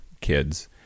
kids